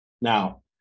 Now